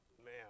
Man